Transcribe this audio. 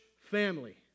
family